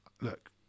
Look